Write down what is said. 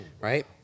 Right